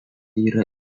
yra